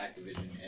Activision